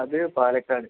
അത് പാലക്കാട്